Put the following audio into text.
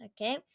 okay